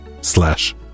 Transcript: slash